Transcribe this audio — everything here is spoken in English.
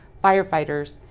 firefighters,